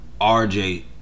RJ